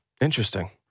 Interesting